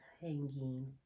hanging